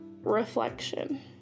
reflection